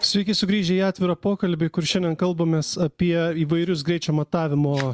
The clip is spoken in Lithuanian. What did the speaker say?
sveiki sugrįžę į atvirą pokalbį kur šiandien kalbamės apie įvairius greičio matavimo